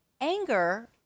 anger